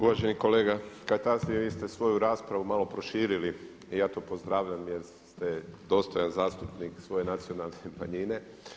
Uvaženi kolega Kajtazi vi ste svoju raspravu malo proširili i ja to pozdravljam jer ste dostojan zastupnik svoje nacionalne manjine.